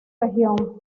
región